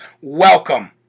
welcome